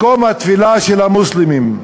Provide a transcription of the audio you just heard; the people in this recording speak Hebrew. מקום התפילה של המוסלמים.